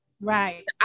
Right